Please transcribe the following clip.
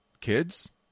Kids